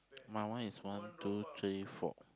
my one is one two three four